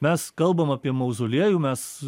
mes kalbam apie mauzoliejų mes